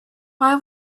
why